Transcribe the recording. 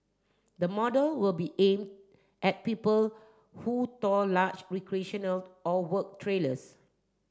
the model will be aim at people who tow large recreational or work trailers